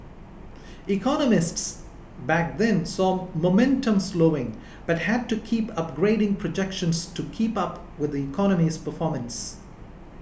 economists back then saw momentum slowing but had to keep upgrading projections to keep up with the economy's performance